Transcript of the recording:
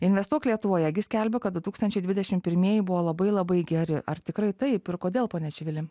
investuok lietuvoje gi skelbia kad du tūkstančiai dvidešim pirmieji buvo labai labai geri ar tikrai taip ir kodėl pone čivili